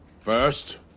First